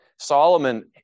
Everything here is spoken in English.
Solomon